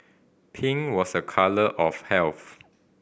pink was a colour of health